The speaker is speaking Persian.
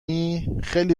خیلی